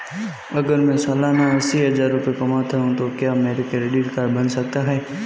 अगर मैं सालाना अस्सी हज़ार रुपये कमाता हूं तो क्या मेरा क्रेडिट कार्ड बन सकता है?